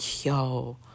Yo